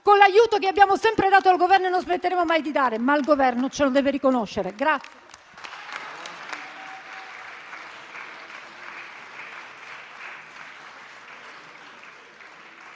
con l'aiuto che abbiamo sempre dato al Governo e che non smetteremo mai di dare, ma il Governo ce lo deve riconoscere.